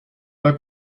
pas